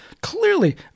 clearly